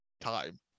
time